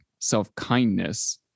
self-kindness